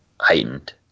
heightened